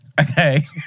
Okay